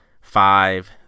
five